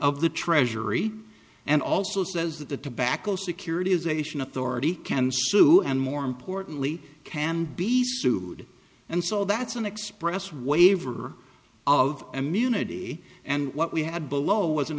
of the treasury and also says that the tobacco security is ation authority can sue and more importantly can be sued and so that's an express waiver of immunity and what we had below was an